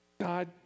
God